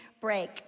break